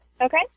Okay